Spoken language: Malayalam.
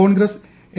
കോൺഗ്രസ് എ